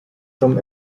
from